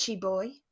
Boy